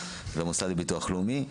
והמוסד לביטוח לאומי.